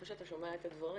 אחרי שאתה שומע את הדברים.